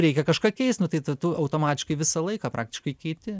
reikia kažką keist nu tai tu automatiškai visą laiką praktiškai keiti